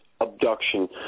abduction